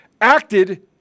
acted